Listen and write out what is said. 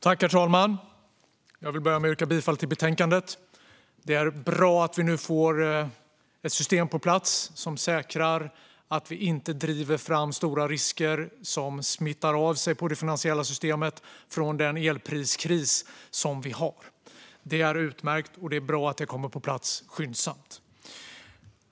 Herr talman! Jag vill börja med att yrka bifall till utskottets förslag till beslut. Det är bra att vi nu får ett system på plats som säkrar att vi inte driver fram stora risker som smittar av sig på det finansiella systemet från den elpriskris som vi har. Det är utmärkt, och det är bra att det kommer på plats skyndsamt.